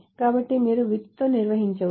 కాబట్టి మీరు with తో నిర్వచించవచ్చు